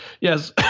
Yes